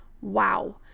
wow